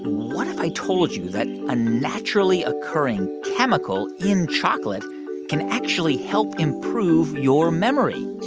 what if i told you that a naturally occurring chemical in chocolate can actually help improve your memory?